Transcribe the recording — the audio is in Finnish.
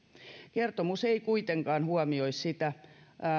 kertomus ei kuitenkaan huomioi sitä